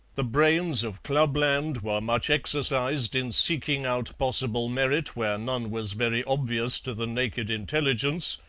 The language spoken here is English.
the brains of clubland were much exercised in seeking out possible merit where none was very obvious to the naked intelligence,